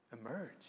emerge